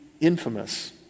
Infamous